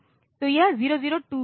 तो यह 002b है